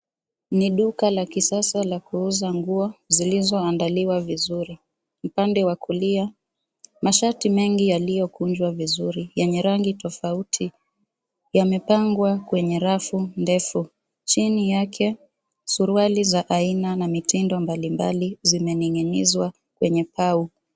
Ni duka la kisasa la kuuza nguo, zilizoandaliwa vizuri. Upande wa kulia, mashati mengi yaliyokunjwa vizuri yenye rangi tofauti, yamepangwa kwenye rafu ndefu. Chini yake, suruali za aina na mitindo mbalimbali zimening'inizwa kwenye pau.